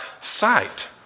sight